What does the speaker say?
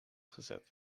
gezet